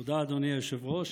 תודה, אדוני היושב-ראש.